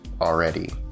already